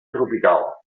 tropical